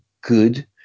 good